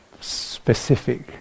specific